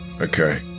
Okay